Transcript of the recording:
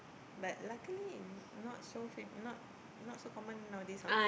but luckily not so fam~ not not so common nowadays ah